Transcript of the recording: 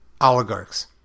Oligarchs